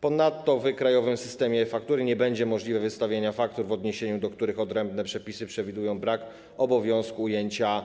Ponadto w Krajowym Systemie e-Faktur nie będzie możliwe wystawienie faktur, w odniesieniu do których odrębne przepisy przewidują brak obowiązku ujęcia